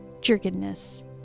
jerkedness